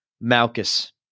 Malchus